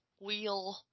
wheel